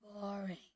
boring